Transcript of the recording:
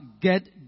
get